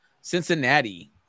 Cincinnati